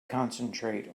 concentrate